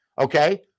Okay